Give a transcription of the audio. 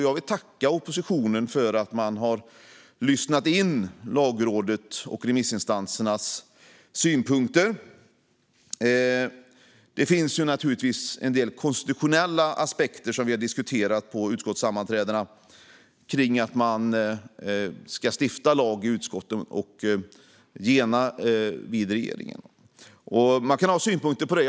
Jag vill tacka oppositionen för att man har lyssnat in Lagrådets och remissinstansernas synpunkter. Det finns naturligtvis en del konstitutionella aspekter som vi har diskuterat vid utskottssammanträdena när det gäller att stifta lag i utskotten och gena förbi regeringen. Man kan ha synpunkter på detta.